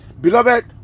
Beloved